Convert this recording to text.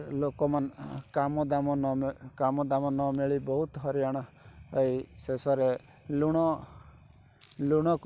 ଲୋକମାନେ କାମଦାମ କାମଦାମ ନ ମିଳି ବହୁତ ହଇରାଣ ହୋଇ ଶେଷରେ ଲୁଣ ଲୁଣକୁ